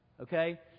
Okay